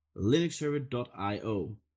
linuxserver.io